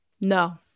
No